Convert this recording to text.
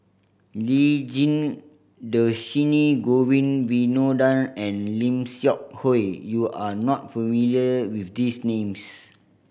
Lee Tjin Dhershini Govin Winodan and Lim Seok Hui you are not familiar with these names